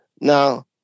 Now